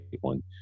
one